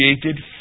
created